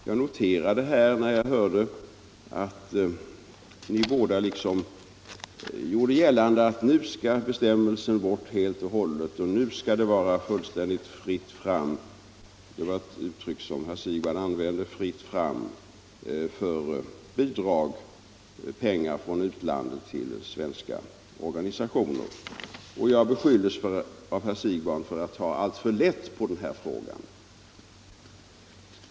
Jag noterade att ni 18 november 1975 båda gjorde gällande att bestämmelsen bör tas bort helt och hållet och I det nu skall vara fullständigt ”fritt fram” — ett uttryck som herr - Om skyldighet för Siegbahn använde — för bidrag från utlandet till svenska organisa = politiskt parti att tioner. Jag beskylldes av herr Siegbahn för att ta alltför lätt på redovisa penningbiden här frågan.